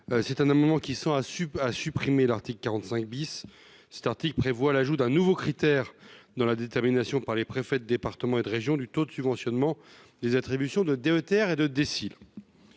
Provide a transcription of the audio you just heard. c'est un moment qui sont à Sup à supprimer l'article 45 bis : cet article prévoit l'ajout d'un nouveau critère dans la détermination par les préfets de départements et de régions du taux de subventionnement des attributions de DETR et 2